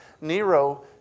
Nero